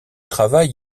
travail